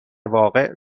واقع